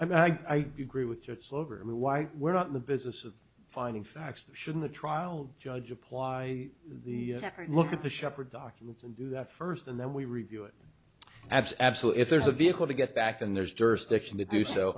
i agree with you it's over and why we're not in the business of finding facts should in the trial judge apply the record look at the shepherd documents and do that first and then we review it adds absolutely if there's a vehicle to get back in there's jurisdiction to do so